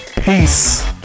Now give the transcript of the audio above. Peace